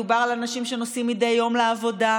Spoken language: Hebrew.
מדובר על אנשים שנוסעים מדי יום לעבודה,